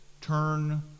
turn